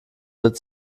wird